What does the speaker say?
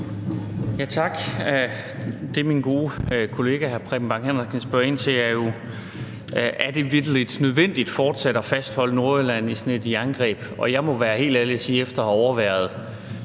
(V): Tak. Det, min gode kollega hr. Preben Bang Henriksen spørger ind til, er jo, om det vitterlig er nødvendigt fortsat at fastholde Nordjylland i sådan et jerngreb. Og jeg må være helt ærlig og sige efter at have overværet